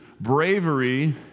bravery